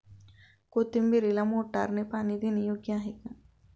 कोथिंबीरीला मोटारने पाणी देणे योग्य आहे का?